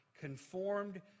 conformed